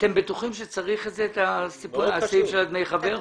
אתם בטוחים שצריך את הסעיף של דמי חבר?